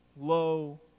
low